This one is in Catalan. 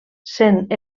sent